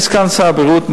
אני סגן שר הבריאות,